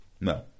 No